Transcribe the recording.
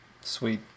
Sweet